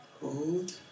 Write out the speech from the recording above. Hold